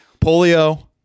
polio